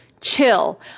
chill